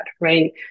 right